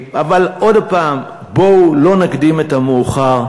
אבל, עוד פעם, בואו לא נקדים את המאוחר.